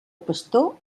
pastor